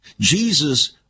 Jesus